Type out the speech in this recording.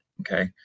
okay